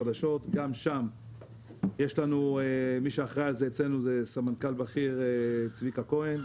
חדשות מי שאחראי על זה אצלנו הוא סמנכ"ל בכיר צביקה כהן,